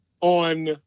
on